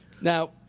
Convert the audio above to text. Now